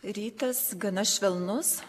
rytas gana švelnus